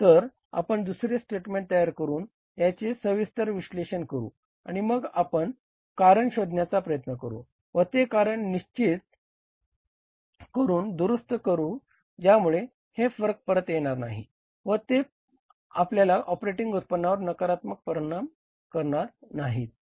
तर आपण दुसरे स्टेटमेंट तयार करून याचे सविस्तर विश्लेषण करू आणि मग आपण कारण शोधण्याचा प्रयत्न करू व ते कारण निशचित करून दुरुस्त करू ज्यामुळे हे फरक परत येणार नाही व ते आपल्या ऑपेराटींग उत्पन्नावर नकारात्मक परिणाम करणार नाहीत